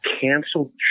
canceled